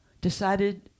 decided